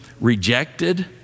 rejected